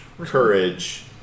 Courage